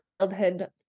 childhood